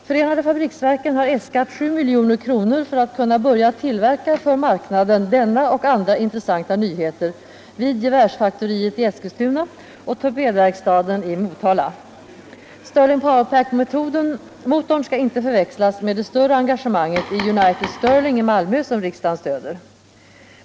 Förenade fabriksverken har äskat 7 milj.kr. för att kunna börja tillverka för marknaden denna och andra intressanta nyheter vid gevärsfaktoriet i Eskilstuna och torpedverkstaden i Motala. Stirling-Power-Pack-motorn skall inte förväxlas med det större engagemanget i United Stirling i Malmö som riksdagen stöder.